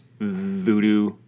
voodoo